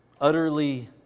utterly